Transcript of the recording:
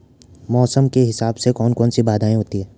मौसम के हिसाब से कौन कौन सी बाधाएं होती हैं?